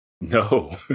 No